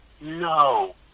no